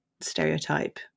stereotype